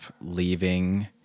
leaving